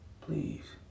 Please